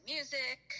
Music